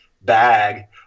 bag